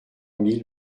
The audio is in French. mille